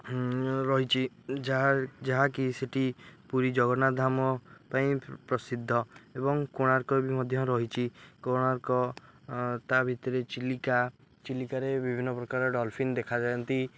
ରହିଛି ଯାହା ଯାହାକି ସେଇଠି ପୁରୀ ଜଗନ୍ନାଥ ଧାମ ପାଇଁ ପ୍ରସିଦ୍ଧ ଏବଂ କୋଣାର୍କ ବି ମଧ୍ୟ ରହିଛି କୋଣାର୍କ ତା ଭିତରେ ଚିଲିକା ଚିଲିକାରେ ବିଭିନ୍ନପ୍ରକାର ଡଲ୍ଫିନ୍ ଦେଖାଯାଆନ୍ତି